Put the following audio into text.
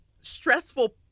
stressful